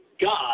God